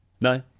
No